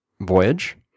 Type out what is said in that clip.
Voyage